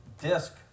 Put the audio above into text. disc